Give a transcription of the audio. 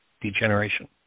degeneration